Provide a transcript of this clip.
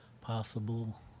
possible